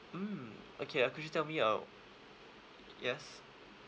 mm okay uh could you tell me uh yes